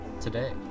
today